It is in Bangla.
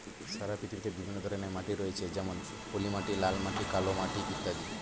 সারা পৃথিবীতে বিভিন্ন ধরনের মাটি রয়েছে যেমন পলিমাটি, লাল মাটি, কালো মাটি ইত্যাদি